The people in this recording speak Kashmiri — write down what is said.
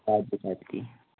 کاجو کتلی